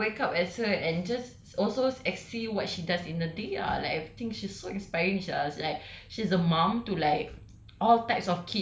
so I would love to wake up as her and just also as~ see what she does in a day ah like I think she's so inspiring sia like she's a mum to like